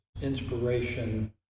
inspiration